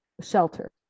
shelter